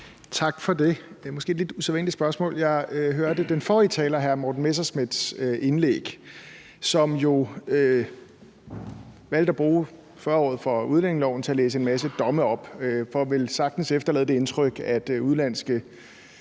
Tak for det. Det er måske et lidt usædvanligt spørgsmål. Jeg hørte den forrige taler hr. Morten Messerschmidts indlæg, hvor han valgte at bruge 40-året for udlændingeloven til at læse en masse domme op for velsagtens at efterlade det indtryk, at udenlandske